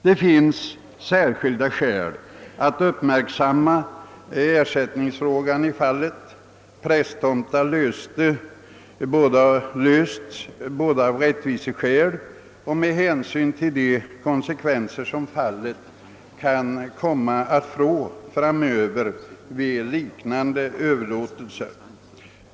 Det finns särskilda skäl att uppmärksamma hur ersättningsfrågan i fallet Prästtomta lösts, både av rättviseskäl och med hänsyn till de konsekvenser som detta kan komma att få framöver vid liknande överlåtelser.